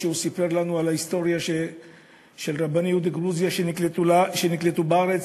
שסיפר לנו על ההיסטוריה של רבני יהודי גרוזיה שנקלטו בארץ,